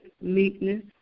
meekness